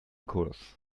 kurs